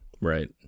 Right